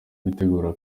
bitegura